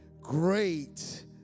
great